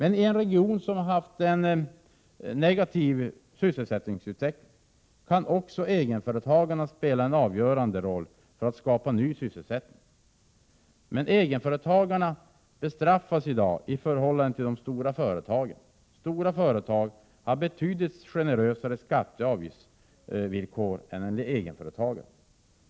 I en region som har haft en negativ sysselsättningsutveckling kan också egenföretagarna spela en avgörande roll för att skapa ny sysselsättning. Men egenföretagarna bestraffas i dag i förhållande till de stora företagen. Stora företag har betydligt generösare skatteoch avgiftsvillkor än egenföretagare.